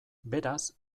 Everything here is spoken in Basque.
beraz